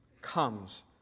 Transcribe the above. comes